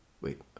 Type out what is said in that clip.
wait